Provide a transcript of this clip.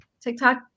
TikTok